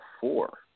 four